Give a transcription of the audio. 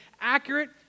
accurate